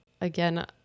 Again